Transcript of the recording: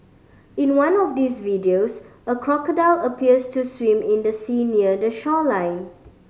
in one of these videos a crocodile appears to swim in the sea near the shoreline